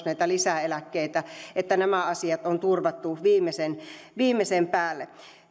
näitä lisäeläkkeitä että nämä asiat on turvattu viimeisen viimeisen päälle